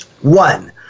One